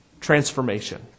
Transformation